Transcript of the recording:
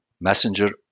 messenger